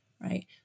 Right